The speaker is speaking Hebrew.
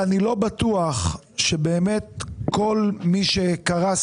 אני לא בטוח שבאמת כל מי שקרס,